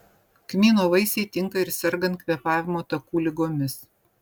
kmyno vaisiai tinka ir sergant kvėpavimo takų ligomis